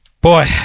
Boy